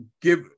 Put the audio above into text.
give